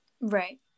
Right